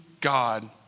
God